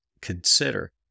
consider